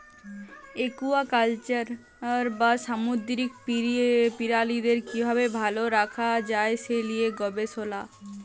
aquaculture বা সামুদ্দিরিক পিরালিদের কিভাবে ভাল রাখা যায় সে লিয়ে গবেসলা